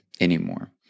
anymore